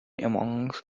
amongst